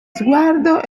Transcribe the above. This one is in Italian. sguardo